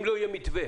אם לא יהיה מתווה